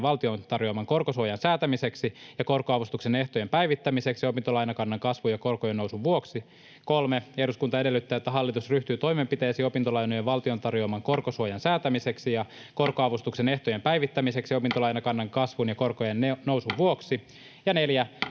tasoa lainapainotteisuuden kasvaessa ja ryhtyy tarvittaessa toimenpiteisiin ongelmien ratkaisemiseksi. 2. Eduskunta edellyttää, että hallitus ryhtyy toimenpiteisiin opintolainojen valtion tar-joaman korkosuojan säätämiseksi ja korkoavustuksen ehtojen päivittämiseksi opintolainakannan kasvun ja korkojen nousun vuoksi. 3.